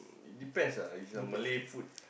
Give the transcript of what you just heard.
depends ah if is Malay food